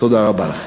תודה רבה.